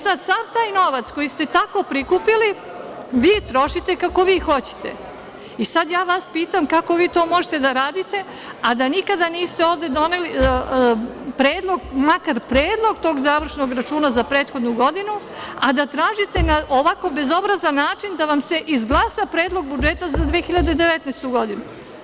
Sada, sav taj novac koji ste tako prikupili vi trošite kako vi hoćete i ja vas pitam kako vi to možete da radite, a da nikada niste ovde doneli makar predlog tog završnog računa za prethodnu godinu, a da tražite na ovako bezobrazan način da vam se izglasa Predlog budžeta za 2019. godinu.